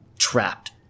trapped